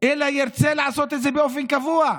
אלא ירצה לעשות את זה באופן קבוע,